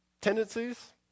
tendencies